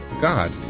God